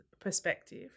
perspective